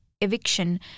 Eviction